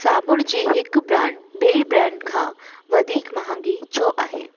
साबुण जी हिकु ब्रांड ॿी ब्रांड खां वधीक महांगी छो आहे